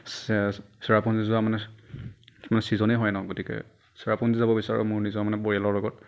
চেৰাপুঞ্জী যোৱাৰ মানে ছিজনেই হয় ন গতিকে চেৰাপুঞ্জী যাব বিচাৰোঁ মোৰ নিজৰ মানে পৰিয়ালৰ লগত